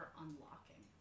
unlocking